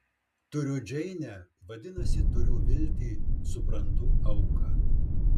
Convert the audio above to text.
turiu džeinę vadinasi turiu viltį suprantu auką